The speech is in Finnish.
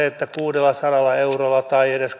että kuusisataa euroa tai edes